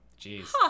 Jeez